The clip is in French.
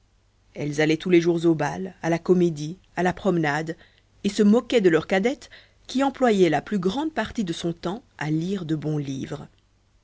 elles allaient tous les jours au bal à la comédie à la promenade et se moquaient de leur cadette qui employait la plus grande partie de son temps à lire de bons livres